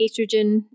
estrogen